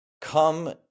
come